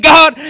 God